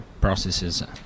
processes